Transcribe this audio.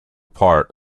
part